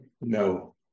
No